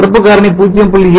நிரப்பு காரணி 0